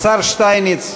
השר שטייניץ,